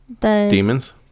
Demons